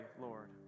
Lord